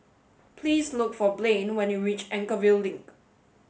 please look for Blain when you reach Anchorvale Link